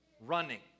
running